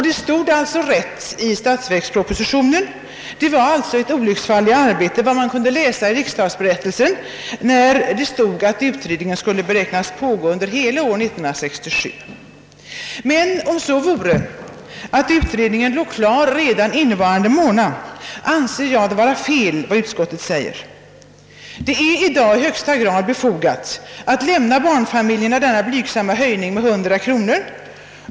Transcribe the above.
Det stod alltså rätt i statsverkspropositionen, och det var således ett olycksfall i arbete att man kunde läsa i riksdagsberättelsen att utredningen beräknas pågå under hela 1967. Men även om så vore, att utredningen låg klar redan innevarande månad, anser jag det som utskottet säger vara fel. Det är i dag i högsta grad befogat att lämna barnfamiljerna denna blygsamma höjning med 100 kronor.